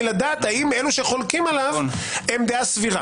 לדעת האם אלו שחולקים עליו הם דעה סבירה